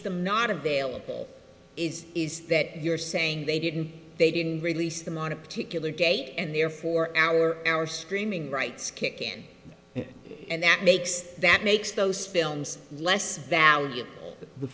them not available is is that you're saying they didn't they didn't release them on a particular gate and therefore an hour hour streaming rights kick in and that makes that makes those films less value the